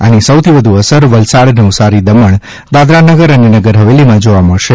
આની સૌથી વધુ અસર વલસાડ નવસારી દમણ દાદરા અને નગર હવેલીમાં જોવા મળશે